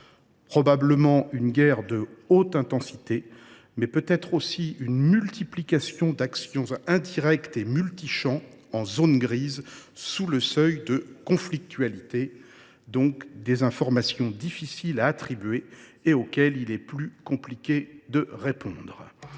probablement une guerre de haute intensité, mais peut être aussi une multiplication d’actions indirectes et multichamps, en « zone grise », sous le seuil de conflictualité, donc difficiles à attribuer, auxquelles il est plus compliqué de répondre.